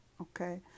okay